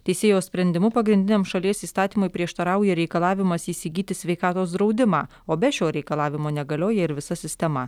teisėjo sprendimu pagrindiniam šalies įstatymui prieštarauja reikalavimas įsigyti sveikatos draudimą o be šio reikalavimo negalioja ir visa sistema